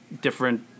different